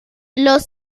los